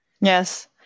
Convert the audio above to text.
Yes